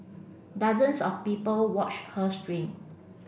dozens of people watched her stream